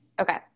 Okay